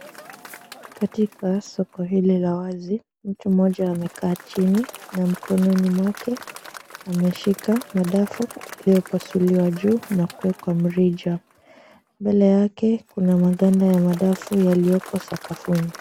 Katika soko hili la wazi mtu mmoja amekaa chini na mkononi mwake ameshika madafu iliopasuliwa juu na kuwekwa mrija. Mbele yake kuna maganda ya madafu yalioko sakafuni.